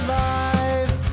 life